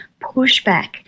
pushback